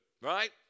Right